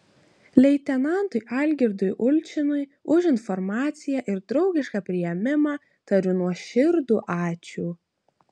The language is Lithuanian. leitenantui algirdui ulčinui už informaciją ir draugišką priėmimą tariu nuoširdų ačiū